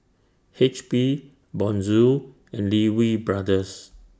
H P Bonjour and Lee Wee Brothers